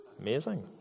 Amazing